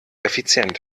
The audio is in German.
effizient